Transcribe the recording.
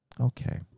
Okay